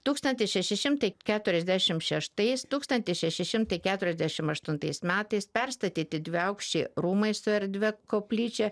tūkstantis šeši šimtai keturiasdešim šeštais tūkstantis šeši šimtai keturiasdešim aštuntais metais perstatyti dviaukščiai rūmai su erdvia koplyčia